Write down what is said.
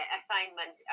assignment